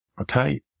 Okay